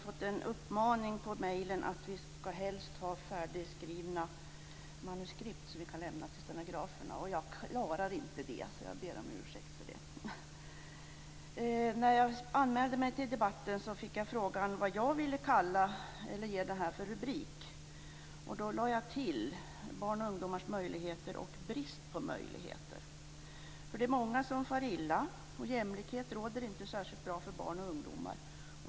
Fru talman! När jag anmälde mig till debatten fick jag frågan vad jag ville kalla mitt ämne eller ge det för rubrik. Då sade jag "Barns och ungdomars möjligheter" och lade till "brist på möjligheter", för det är många som far illa. Jämlikhet råder inte i särskilt hög grad för barn och ungdomar.